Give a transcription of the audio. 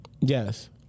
Yes